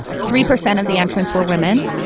three percent of the entrants were women.